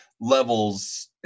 levels